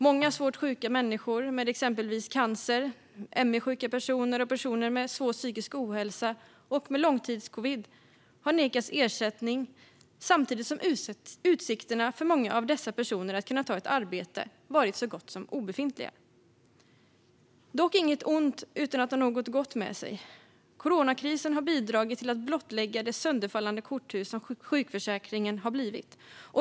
Många svårt sjuka människor med exempelvis cancer och ME, personer med svår psykisk ohälsa och personer med långtidscovid har nekats ersättning samtidigt som utsikterna för många av dessa personer att kunna ta ett arbete har varit så gott som obefintliga. Dock inget ont som inte har något gott med sig. Coronakrisen har bidragit till att blottlägga det sönderfallande korthus som sjukförsäkringen har blivit.